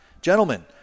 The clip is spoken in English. gentlemen